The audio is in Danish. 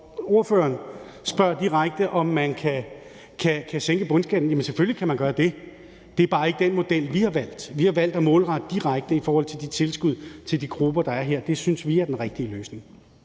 Når ordføreren spørger direkte, om man kan sænke bundskatten, vil jeg sige: Jamen selvfølgelig kan man gøre det. Det er bare ikke den model, vi har valgt – vi har valgt at målrette det direkte i forhold til de tilskud til de grupper, der er her. Det synes vi er den rigtige løsning.